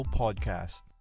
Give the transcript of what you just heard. podcast